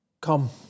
come